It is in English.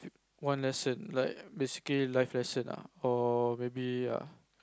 one lesson like basically life lesson ah or maybe ah